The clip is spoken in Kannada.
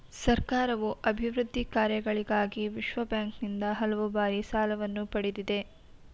ಸರ್ಕಾರವು ಅಭಿವೃದ್ಧಿ ಕಾರ್ಯಗಳಿಗಾಗಿ ವಿಶ್ವಬ್ಯಾಂಕಿನಿಂದ ಹಲವು ಬಾರಿ ಸಾಲವನ್ನು ಪಡೆದಿದೆ